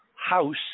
house